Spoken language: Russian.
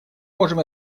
можем